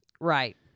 Right